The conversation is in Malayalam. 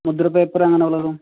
മുദ്രപേപ്പർ അങ്ങനെ വല്ലതും